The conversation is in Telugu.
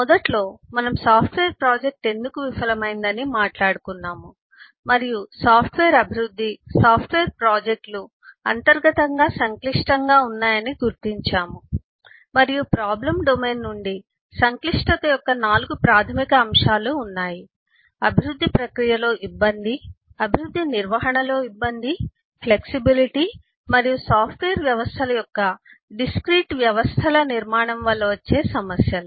మొదట్లో మనం సాఫ్ట్వేర్ ప్రాజెక్ట్ ఎందుకు విఫలమైందని మాట్లాడుకున్నాము మరియు సాఫ్ట్వేర్ అభివృద్ధి సాఫ్ట్వేర్ ప్రాజెక్ట్లు అంతర్గతంగా సంక్లిష్టంగా ఉన్నాయని గుర్తించాము మరియు ప్రాబ్లం డొమైన్ నుండి సంక్లిష్టత యొక్క 4 ప్రాధమిక అంశాలు ఉన్నాయి అభివృద్ధి ప్రక్రియలో ఇబ్బంది అభివృద్ధి నిర్వహణలో ఇబ్బంది ఫ్లెక్సిబిలిటీ మరియు సాఫ్ట్వేర్ వ్యవస్థల యొక్క డిస్క్రీట్ వ్యవస్థల నిర్మాణం వల్ల వచ్చే సమస్యలు